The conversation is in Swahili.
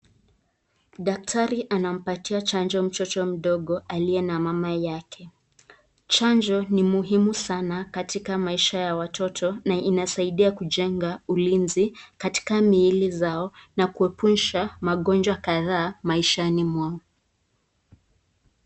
Daktari anampatia chanjo mtoto mdogo aliye na mama yake, chanjo ni muhimu sana katika maisha ya watoto na inasaidia kujenga ulinzi katika miili zao na kuepusha magojwa kadhaa maishani mwao.